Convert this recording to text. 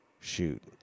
shoot